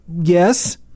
yes